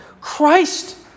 christ